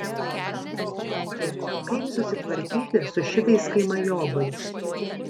aš nesuprantu kaip susitvarkyti su šitais kaimajobais